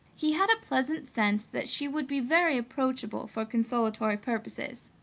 he had a pleasant sense that she would be very approachable for consolatory purposes.